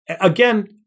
Again